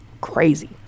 crazy